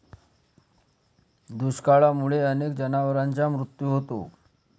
दुष्काळामुळे अनेक जनावरांचा मृत्यू होतो